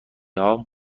هام